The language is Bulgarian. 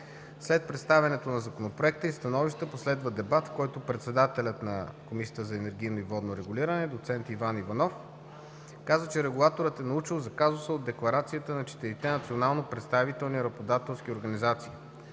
След представянето на Законопроекта и становищата последва дебат, в който председателят на Комисията за енергийно и водно регулиране доц. Иван Иванов каза, че регулаторът е научил за казуса от декларацията на четирите национално представителни работодателски организации.